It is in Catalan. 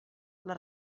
les